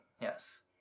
Yes